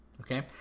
Okay